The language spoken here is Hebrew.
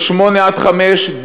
ל-08:00 עד 17:00,